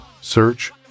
search